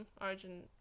origin